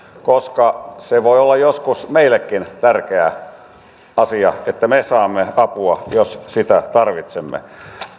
koska se voi olla joskus meillekin tärkeä asia että me saamme apua jos sitä tarvitsemme